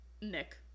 Nick